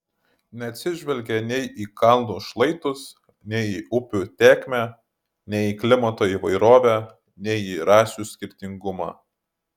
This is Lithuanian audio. neatsižvelgė nei į kalnų šlaitus nei į upių tėkmę nei į klimato įvairovę nei į rasių skirtingumą